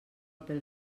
pel